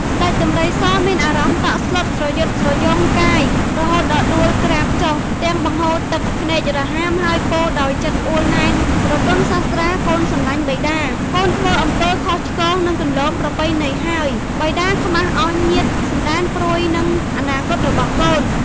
ស្តេចដំរីសមានអារម្មណ៏តក់ស្លុតស្រយុតស្រយង់កាយ រហូតដល់ដួលក្រាបចុះ ទាំងបង្ហូរទឹកភ្នែករហាម ហើយពោលដោយចិត្តអួលណែន ស្រទន់សាស្ត្រា កូនសម្លាញ់បិតា កូនធ្វើអំពើខុសឆ្គងនឹងគន្លងប្រពៃណីហើយ បិតាខ្មាស់អស់ញាតិ សន្តាន ព្រួយនឹងអនាគតរបស់កូន ។